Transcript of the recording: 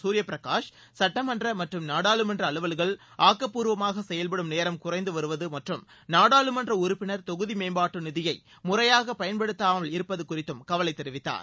குர்யபிரகாஷ் சட்டமன்ற மற்றும் நாடாளுமன்ற அலுவல்கள் ஆக்கப்பூர்வமாக செயல்படும் நேரம் குறைந்து வருவது மற்றும் நாடாளுமன்ற உறுப்பினர் தொகுதி மேம்பாட்டு நிதியை முறையாக பயன்படுத்தப்படாமல் இருப்பது குறித்தும் கவலை தெரிவித்தார்